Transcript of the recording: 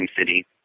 city